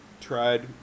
tried